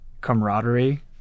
camaraderie